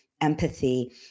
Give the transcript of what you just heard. empathy